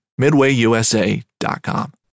MidwayUSA.com